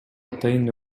атайын